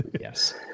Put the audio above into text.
Yes